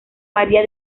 maría